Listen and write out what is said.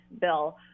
bill